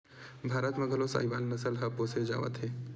भारत म घलो साहीवाल नसल ल पोसे जावत हे